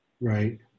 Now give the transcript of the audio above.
Right